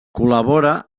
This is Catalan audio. col·labora